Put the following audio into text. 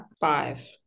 five